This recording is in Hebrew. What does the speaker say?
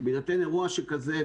בהינתן אירוע שכזה,